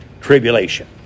tribulation